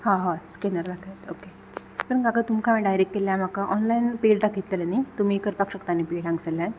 आं हय स्कॅनर दाखयात ओके पूण काका तुमकां हांवें डायरेक्ट केल्ल्या म्हाका ऑनलायन पेड दाखयतलें न्ही तुमी करपाक शकता न्ही पेड हांगसरल्यान